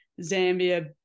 Zambia